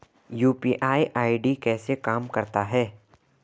UPI ID कैसे काम करता है?